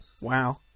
Wow